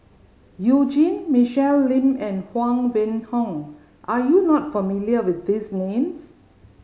You Jin Michelle Lim and Huang Wenhong are you not familiar with these names